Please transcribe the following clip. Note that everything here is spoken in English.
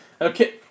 Okay